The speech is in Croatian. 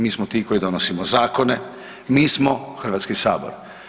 Mi smo ti koji donosimo zakone, mi smo Hrvatski sabor.